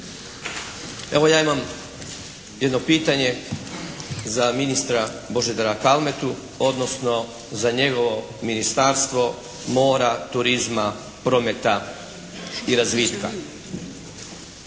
Evo ja imam jedno pitanje za ministra Božidara Kalmetu, odnosno za njegovo Ministarstvo mora, turizma, prometa i razvitka.